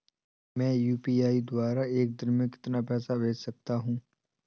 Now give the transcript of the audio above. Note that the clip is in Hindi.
मैं यू.पी.आई द्वारा एक दिन में कितना पैसा भेज सकता हूँ?